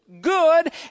good